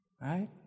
Right